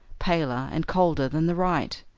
paler, and colder than the right.